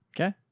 Okay